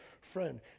friend